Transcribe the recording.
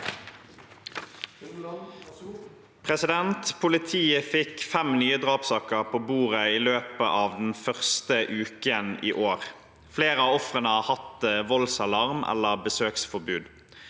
«Politiet fikk fem nye drapssaker på bordet i løpet av den første uken i år. Flere av ofrene har hatt voldsalarm eller besøksforbud.